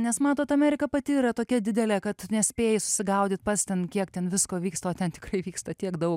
nes matot amerika pati yra tokia didelė kad nespėji susigaudyti pats ten kiek ten visko vyksta ten tikrai vyksta tiek daug